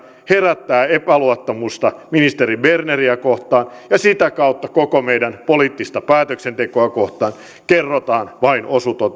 herättävät epäluottamusta ministeri berneriä kohtaan ja sitä kautta koko meidän poliittista päätöksentekoamme kohtaan kerrotaan vain